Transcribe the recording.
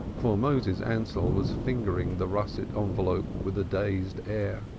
for moses ansell was fingering the russet envelope with a dazed air.